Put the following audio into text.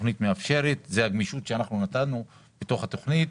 זאת הגמישות שאנחנו נתנו בתוך התכנית.